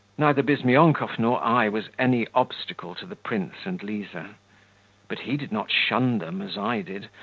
neither bizmyonkov nor i was any obstacle to the prince and liza but he did not shun them as i did,